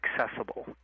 accessible